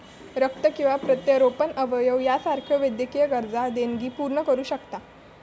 रक्त किंवा प्रत्यारोपण अवयव यासारख्यो वैद्यकीय गरजा देणगी पूर्ण करू शकता